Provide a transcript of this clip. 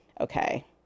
okay